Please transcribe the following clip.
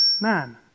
man